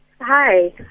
Hi